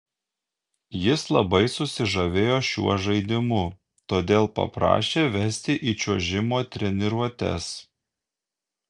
jis labai susižavėjo šiuo žaidimu todėl paprašė vesti į čiuožimo treniruotes